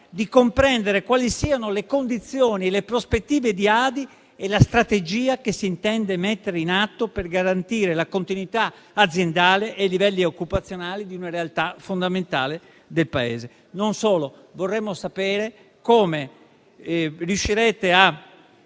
di comprendere quali siano le condizioni e le prospettive di ADI e la strategia che si intende mettere in atto per garantire la continuità aziendale e i livelli occupazionali di una realtà fondamentale del Paese. Non solo: vorremmo sapere come riuscirete a